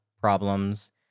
problems